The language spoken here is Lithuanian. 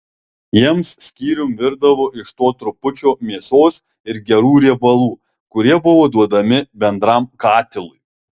jiems skyrium virdavo iš to trupučio mėsos ir gerų riebalų kurie buvo duodami bendram katilui